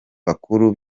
b’abakuru